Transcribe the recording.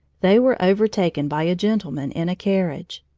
they were overtaken by a gentleman in a carriage.